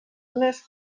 unes